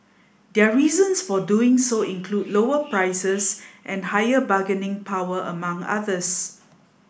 their reasons for doing so include lower prices and higher bargaining power among others